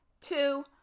two